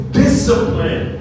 discipline